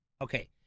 Okay